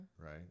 right